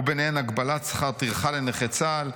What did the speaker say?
ובהן הגבלת שכר טרחה לנכי צה"ל.